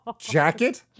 Jacket